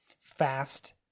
fast